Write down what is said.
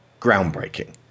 groundbreaking